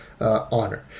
honor